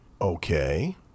Okay